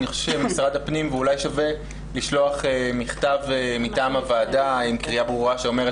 אולי שווה לשלוח מכתב מטעם הוועדה עם קריאה ברורה,